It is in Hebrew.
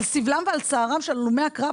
על סבלם ועל צערם של הלומי הקרב,